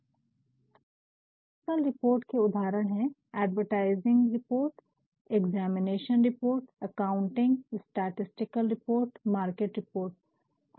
analytical report के उदाहरण है एडवरटाइजिंग रिपोर्ट्स advertising विज्ञापन रिपोर्ट एग्जामिनेशन रिपोर्ट examination परीक्षा रिपोर्ट एकाउंटिंग accounting हिसाब किताब रिपोर्ट स्टैटिस्टिकल रिपोर्ट statistical सांख्यिकी रिपोर्ट मार्किट रिपोर्ट marketing बाजार की रिपोर्ट